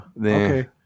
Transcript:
Okay